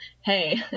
hey